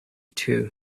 too